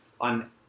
on